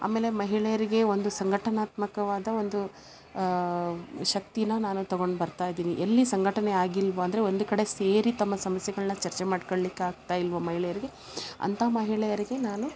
ಆಮೇಲೆ ಮಹಿಳೆಯರಿಗೆ ಒಂದು ಸಂಘಟನಾತ್ಮಕವಾದ ಒಂದು ಶಕ್ತಿನ ನಾನು ತಗೊಂಡು ಬರ್ತಾ ಇದ್ದೀನಿ ಎಲ್ಲಿ ಸಂಘಟನೆ ಆಗಿಲ್ಲವೋ ಅಂದರೆ ಒಂದು ಕಡೆ ಸೇರಿ ತಮ್ಮ ಸಮಸ್ಯೆಗಳನ್ನ ಚರ್ಚೆ ಮಾಡ್ಕಳ್ಳಿಕ್ಕಾಗ್ತಾ ಇಲ್ಲವೋ ಮಹಿಳೆಯರಿಗೆ ಅಂತ ಮಹಿಳೆಯರಿಗೆ ನಾನು